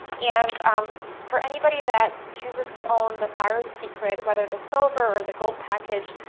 and um for anybody that chooses to own the thyroid secret, whether the silver or the gold package,